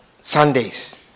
Sundays